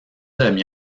demi